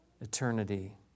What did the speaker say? eternity